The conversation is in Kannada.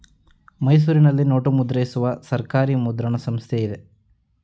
ಮೈಸೂರಿನಲ್ಲಿ ನೋಟು ಮುದ್ರಿಸುವ ಸರ್ಕಾರಿ ಮುದ್ರಣ ಸಂಸ್ಥೆ ಇದೆ